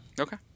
Okay